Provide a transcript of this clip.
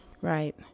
right